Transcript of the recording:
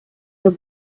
the